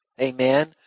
Amen